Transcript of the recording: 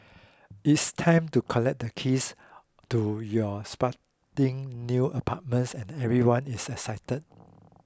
it's time to collect the keys to your spanking new apartments and everyone is excited